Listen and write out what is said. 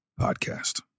Podcast